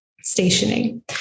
stationing